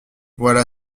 voilà